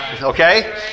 Okay